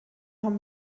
haben